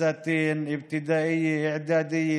בתי ספר יסודיים,